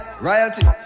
royalty